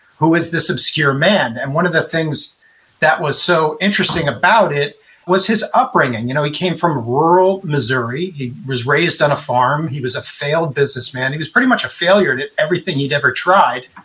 who is this obscure man? and one of the things that was so interesting about it was his upbringing. you know, he came from rural missouri. he was raised on a farm. he was a failed businessman. he was pretty much a failure at everything he'd ever tried.